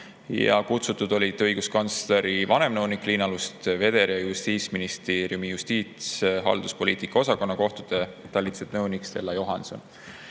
kutsutud ka õiguskantsleri vanemnõunik Liina Lust-Vedder ja Justiitsministeeriumi justiitshalduspoliitika osakonna kohtute talituse nõunik Stella Johanson.